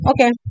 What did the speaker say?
okay